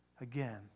again